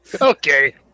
Okay